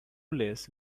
less